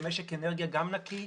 למשק אנרגיה גם נקי,